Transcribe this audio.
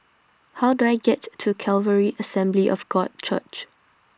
How Do I get to Calvary Assembly of God Church